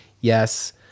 Yes